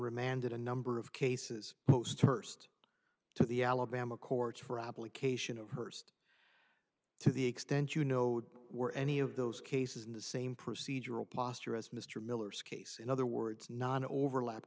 remanded a number of cases most hurst to the alabama courts for application of hearst to the extent you know were any of those cases in the same procedural posture as mr miller's case in other words non overlap